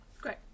Great